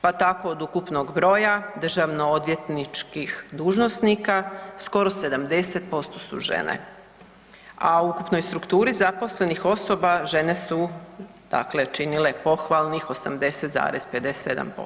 Pa tako od ukupnog broja državno odvjetničkih dužnosnika skoro 70% su žene, a u ukupnoj strukturi zaposlenih osoba žene su dakle činile pohvalnih 80,57%